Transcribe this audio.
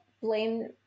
blame